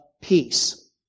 peace